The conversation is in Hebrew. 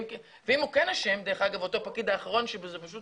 ואם הוא כן אשם, דרך אגב, אותו פקיד האחרון שפשוט